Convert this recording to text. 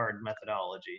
methodology